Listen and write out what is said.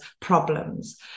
problems